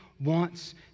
wants